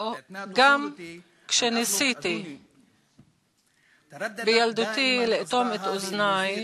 גם כשניסיתי בילדותי לאטום את אוזני,